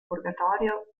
purgatorio